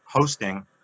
hosting